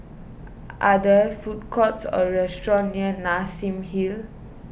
are there food courts or restaurants near Nassim Hill